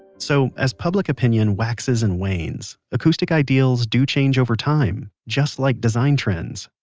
so, as public opinion waxes and wanes, acoustic ideals do change over time, just like design trends.